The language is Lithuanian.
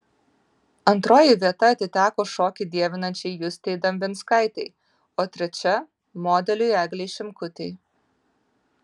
antroji vieta atiteko šokį dievinančiai justei dambinskaitei o trečia modeliui eglei šimkutei